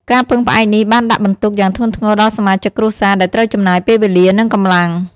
ការពឹងផ្អែកនេះបានដាក់បន្ទុកយ៉ាងធ្ងន់ធ្ងរដល់សមាជិកគ្រួសារដែលត្រូវចំណាយពេលវេលា និងកម្លាំង។